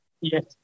Yes